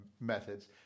methods